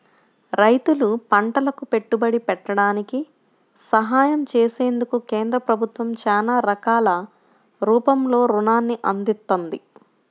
రైతులు పంటలకు పెట్టుబడి పెట్టడానికి సహాయం చేసేందుకు కేంద్ర ప్రభుత్వం చానా రకాల రూపంలో రుణాల్ని అందిత్తంది